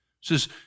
says